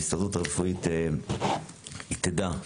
ההסתדרות הרפואית תדע את